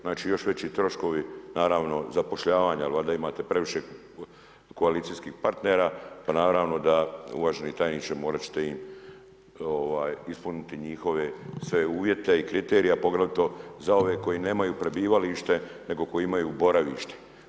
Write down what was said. Znači još veći troškovi, naravno zapošljavanja ali valjda imate previše koalicijskih partnera, pa naravno da uvaženi tajniče morat ćete im ispuniti njihove sve uvjete i kriterije, a poglavito za ove koji nemaju prebivalište, nego koji imaju boravište.